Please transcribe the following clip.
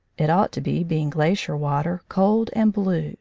it ought to be, being glacier water, cold and blue